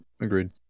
Agreed